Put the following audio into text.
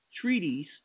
treaties